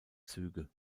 züge